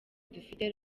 dufite